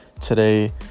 today